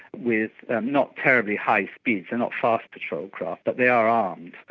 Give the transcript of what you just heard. with not terribly high speeds, they're not fast patrol craft, but they are um